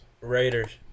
Raiders